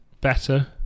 better